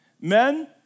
Men